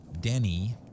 Denny